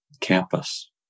campus